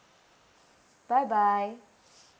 bye bye